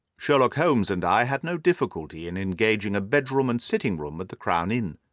sherlock holmes and i had no difficulty in engaging a bedroom and sitting-room at the crown inn.